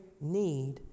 need